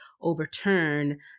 overturn